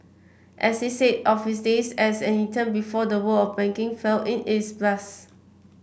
as he said of his days as an intern before the world of banking fell in it's a blast